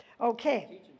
Okay